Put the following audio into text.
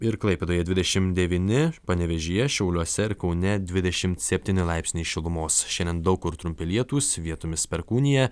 ir klaipėdoje dvidešim devyni panevėžyje šiauliuose ir kaune dvidešimt septyni laipsniai šilumos šiandien daug kur trumpi lietūs vietomis perkūnija